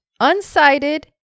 unsighted